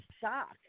shock